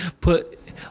put